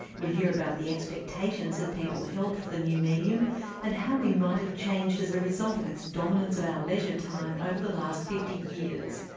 we'll hear about the expectations that people held for the new medium and how we might have changed as a result of its dominance of our leisure time over the last fifty years.